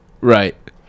Right